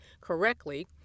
correctly